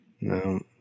No